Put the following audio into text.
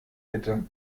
bitte